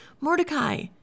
Mordecai